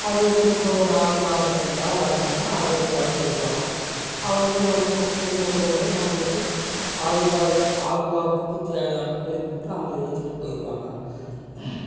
அதுக் குறிப்பாக ஒரு நாற்பது நாற்பத்தஞ்சி நாளாச்சுனா அது வந்து வளச்சலுக்கு வரும் அவங்களே வந்து குஞ்சு விட்டவங்களே நம்மளுக்கு பாதுகாப்பு பாதுகாப்புக்கு தேவையான கூலியைக் கொடுத்து அவங்களே ஏற்றிட்டு போயிடுவாங்க